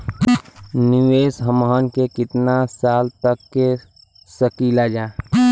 निवेश हमहन के कितना साल तक के सकीलाजा?